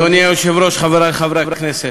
אדוני היושב-ראש, חברי חברי הכנסת,